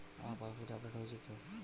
আমার পাশবইটা আপডেট হয়েছে কি?